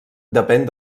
depèn